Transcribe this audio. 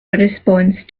response